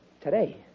Today